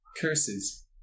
curses